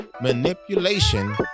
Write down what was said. manipulation